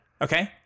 Okay